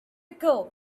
code